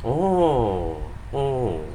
oh oh